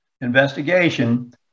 investigation